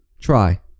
Try